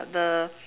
the